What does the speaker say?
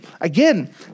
Again